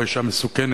היא לא אשה מסוכנת